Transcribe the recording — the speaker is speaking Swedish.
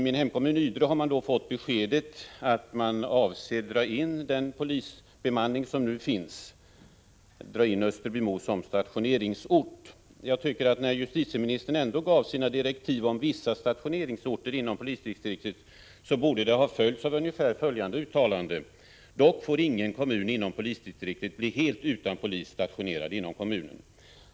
Min hemkommun Ydre har då fått beskedet att man avser att dra in den polisbemanning som nu finns, dvs. dra in Österbymo såsom stationeringsort. När justitieministern gav sina direktiv om vissa stationeringsorter inom pPolisdistriktet, borde de ha följts av ungefär följande uttalande: Dock får ingen kommun inom polisdistriktet bli helt utan polis stationerad inom kommunen.